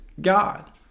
God